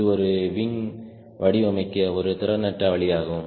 இது ஒரு விங் வடிவமைக்க ஒரு திறனற்ற வழியாகும்